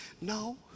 No